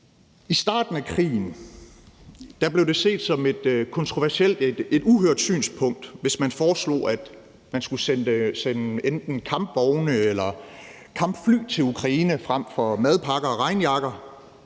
I starten af krigen blev det set som et uhørt synspunkt, hvis man foreslog, at man skulle sende enten kampvogne eller kampfly til Ukraine frem for madpakker og regnjakker.